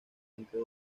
entre